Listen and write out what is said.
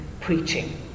preaching